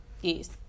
Yes